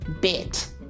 bit